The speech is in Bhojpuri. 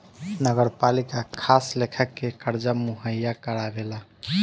नगरपालिका खास लेखा के कर्जा मुहैया करावेला